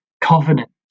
covenant